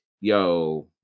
Yo